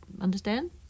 understand